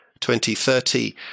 2030